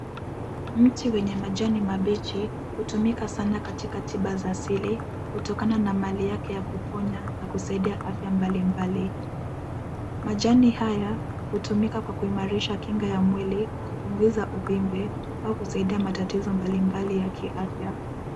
Mti wenye majani mabichi, hutumika sana katika tiba za asili kutokana na mali yake ya kuponya na kusaidia afya mbalimbali. Majani haya hutumika kwa kuimarisha kinga ya mwili kupunguza uvimbe au kusaidia matatizo mbalimbali ya kiafya.